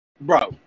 Bro